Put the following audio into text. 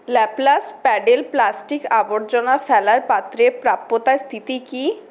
Laplast pedal plastic আবর্জনা ফেলার পাত্রের প্রাপ্যতা স্থিতি কি